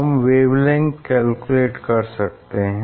हम wavelength calculate कर सकते हैं